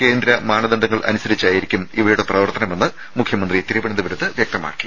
കേന്ദ്ര മാനദണ്ഡങ്ങൾ അനുസരിച്ചായിരിക്കും ഇവയുടെ പ്രവർത്തനമെന്ന് മുഖ്യമന്ത്രി തിരുവനന്തപുരത്ത് വ്യക്തമാക്കി